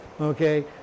okay